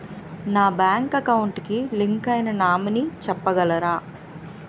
నా bank account కి link అయినా నామినీ చెప్పగలరా?